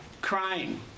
crying